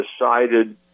decided